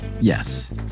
Yes